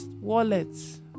wallets